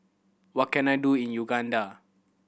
what can I do in Uganda